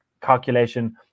calculation